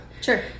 Sure